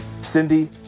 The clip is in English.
Cindy